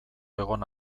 egon